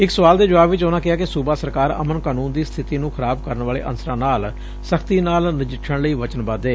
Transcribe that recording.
ਇੱਕ ਸਵਾਲ ਦੇ ਜਵਾਬ ਚ ਉਨ੍ਹਾਂ ਕਿਹਾ ਕਿ ਸੂਬਾ ਸਰਕਾਰ ਅਮਨ ਕਾਨੂੰਨ ਦੀ ਸਬਿਤੀ ਨੂੰ ਖਰਾਬ ਕਰਨ ਵਾਲੇ ਅਨਸਰਾਂ ਨਾਲ ਸਖ਼ਤੀ ਨਾਲ ਨਜਿੱਠਣ ਲਈ ਵਚਨਬੱਧ ਏ